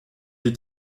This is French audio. des